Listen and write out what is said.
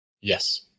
Yes